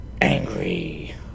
angry